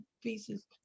pieces